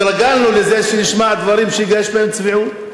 התרגלנו לזה שנשמע דברים שיש בהם צביעות.